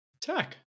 Tech